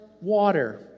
water